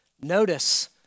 notice